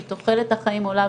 כי תוחלת החיים עולה,